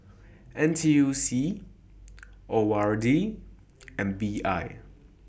N T U C O R D and I B